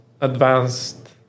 advanced